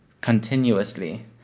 continuously